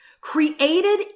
created